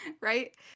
Right